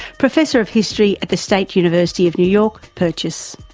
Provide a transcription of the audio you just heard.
professor of history at the state university of new york, purchase.